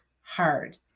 hard